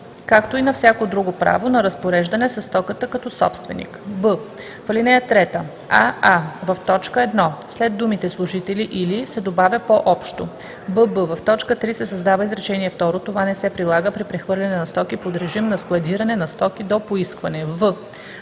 както и на всяко друго право на разпореждане със стоката като собственик.”; б) в ал. 3: аа) в т. 1 след думите „служители или“ се добавя „по-общо“; бб) в т. 3 се създава изречение второ: „това не се прилага при прехвърляне на стоки под режим на складиране на стоки до поискване.“;